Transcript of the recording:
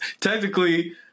technically